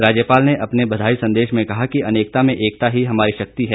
राज्यपाल ने अपने बधाई संदेश में कहा कि अनेकता में एकता ही हमारी शक्ति है